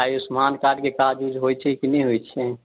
आयुष्मान कार्डके card use होइत छै कि नहि होइत छै